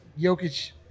Jokic –